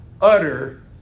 utter